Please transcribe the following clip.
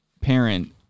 parent